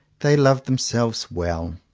they love themselves well,